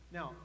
Now